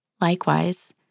Likewise